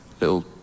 little